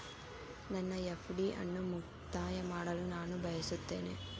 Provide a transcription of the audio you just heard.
ನನ್ನ ಎಫ್.ಡಿ ಅನ್ನು ಮುಕ್ತಾಯ ಮಾಡಲು ನಾನು ಬಯಸುತ್ತೇನೆ